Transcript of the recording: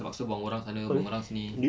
terpaksa buang orang sana buang orang sini